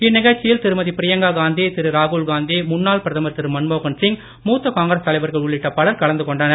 இந்நிகழ்ச்சியில் திருமதி பிரியங்கா காந்தி திரு ராகுல்காந்தி முன்னாள் பிரதமர் திரு மன்மோகன்சிங் மூத்த காங்கிரஸ் தலைவர்கள் உள்ளிட்ட பலர் கலந்து கொண்டனர்